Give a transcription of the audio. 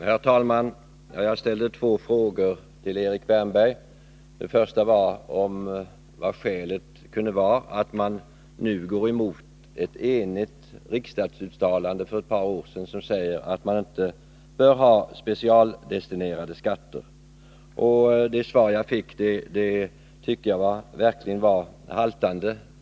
Herr talman! Jag ställde två frågor till Erik Wärnberg. Den första var vad skälet kunde vara till att man nu går emot ett enigt riksdagsuttalande som gjordes för ett par år sedan och som säger att man inte bör ha specialdestinerade skatter. Det svar jag fick tycker jag verkligen var haltande.